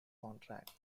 contract